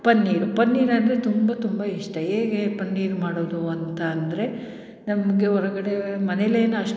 ಪನ್ನೀರು ಪನ್ನೀರ್ ಅಂದರೆ ತುಂಬ ತುಂಬ ಇಷ್ಟ ಹೇಗೆ ಪನ್ನೀರು ಮಾಡೋದು ಅಂತ ಅಂದರೆ ನಮಗೆ ಹೊರಗಡೆ ಮನೆಲೇನು ಅಷ್ಟು